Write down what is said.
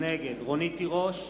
נגד רונית תירוש,